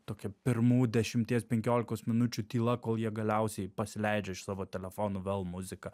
tokia pirmų dešimties penkiolikos minučių tyla kol jie galiausiai pasileidžia iš savo telefono vėl muzika